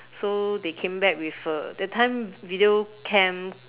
so they came back with a that time video cam